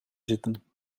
zitten